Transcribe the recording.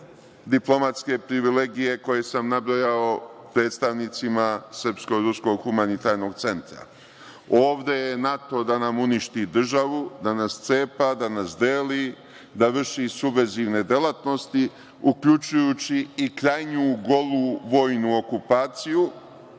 diplomatske privilegije koje sam nabrojao predstavnicima Srpsko-ruskog humanitarnog centra. Ovde je NATO da nam uništi državu, da nas cepa, da nas deli, da vrši subvezivne delatnosti, uključujući i krajnju golu vojnu okupaciju,